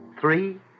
Three